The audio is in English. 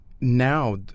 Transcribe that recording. Now